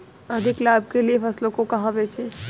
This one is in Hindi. अधिक लाभ के लिए फसलों को कहाँ बेचें?